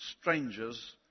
strangers